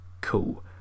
cool